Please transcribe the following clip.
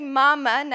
mama